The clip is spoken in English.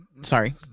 sorry